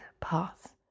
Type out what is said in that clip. path